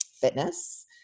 fitness